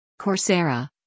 Coursera